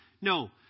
no